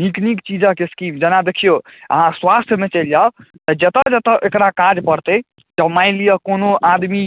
नीक नीक चीजक स्कीम जेना देखियौ अहाँ स्वास्थ्यमे चलि जाउ तऽ जतय जतय एकरा काज पड़तै तऽ मानि लिअ कोनो आदमी